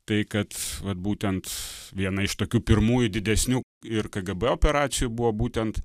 tai kad vat būtent viena iš tokių pirmųjų didesnių ir kgb operacijų buvo būtent